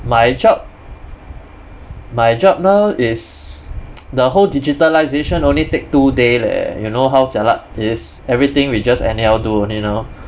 my job my job now is the whole digitalisation only take two day leh you know how jialat it is everything we just anyhow do only now